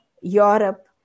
Europe